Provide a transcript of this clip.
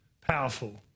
powerful